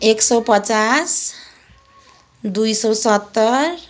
एक सौ पचास दुई सौ सत्तर